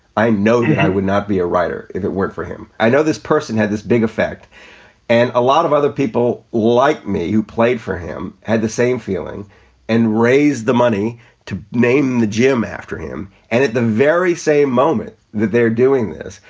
i know yeah i would not be a writer if it weren't for him. i know this person had this big effect and a lot of other people like me who played for him had the same feeling and raised the money to name the gym after him. and at the very same moment that they're doing this.